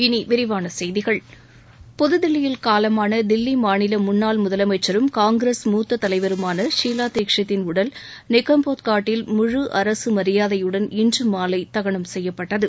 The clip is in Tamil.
இனி விரிவான செய்திகள் புதுதில்லியில் காலமான தில்லி மாநில முன்னாள் முதலமைச்சரும் காங்கிரஸ் மூத்த தலைவருமான ஷீலா தீட்ஷீத் தின் உடல் நிகம்போத் காட்டில் முழு அரசு மரியாதையுடன் இன்று மாலை தகனம் செய்யப்பட்டது